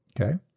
okay